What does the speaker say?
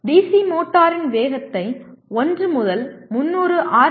DC மோட்டரின் வேகத்தை 1 முதல் 300 ஆர்